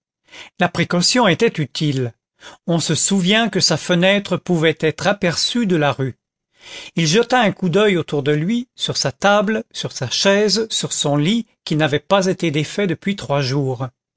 la précaution était utile on se souvient que sa fenêtre pouvait être aperçue de la rue il jeta un coup d'oeil autour de lui sur sa table sur sa chaise sur son lit qui n'avait pas été défait depuis trois jours